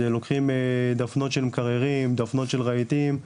לוקחים דפנות של מקררים, דפנות של רהיטים.